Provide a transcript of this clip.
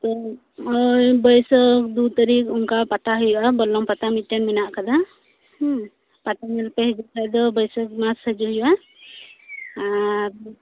ᱵᱟᱹᱭᱥᱟᱹᱠ ᱫᱩ ᱛᱟᱨᱤᱠᱷ ᱚᱱᱠᱟ ᱯᱟᱛᱟ ᱦᱳᱭᱳᱜᱼᱟ ᱵᱚᱨᱞᱚᱢ ᱯᱟᱛᱟ ᱢᱤᱫᱴᱮᱡ ᱦᱮᱱᱟᱜ ᱟᱠᱟᱫᱟ ᱦᱩᱸ ᱯᱟᱛᱟ ᱧᱮᱞ ᱯᱮ ᱦᱤᱡᱩᱜ ᱠᱷᱟᱱ ᱫᱚ ᱵᱟᱹᱭᱥᱟᱹᱠ ᱵᱚᱸᱜᱟ ᱥᱮᱫ ᱦᱤᱡᱩᱜ ᱦᱳᱭᱳᱜᱼᱟ ᱟᱨ